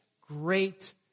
great